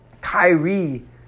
Kyrie